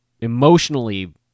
emotionally